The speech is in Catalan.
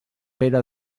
pere